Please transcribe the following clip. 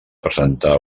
presentar